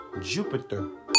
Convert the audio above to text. Jupiter